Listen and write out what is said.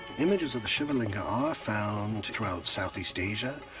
images of the shiva linga are found throughout southeast asia,